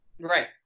Right